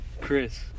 Chris